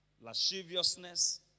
Lasciviousness